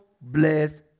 bless